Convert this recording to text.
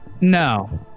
No